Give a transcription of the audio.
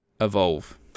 evolve